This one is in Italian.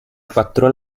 quattro